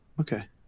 okay